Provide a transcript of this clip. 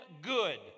good